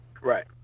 Right